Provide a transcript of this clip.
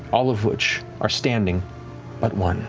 all of which are standing but one